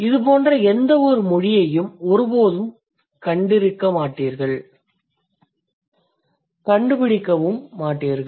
இதுபோன்ற எந்தவொரு மொழியையும் ஒருபோதும் கண்டுபிடிக்க மாட்டீர்கள்